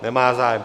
Nemá zájem.